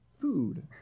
food